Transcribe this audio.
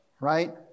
right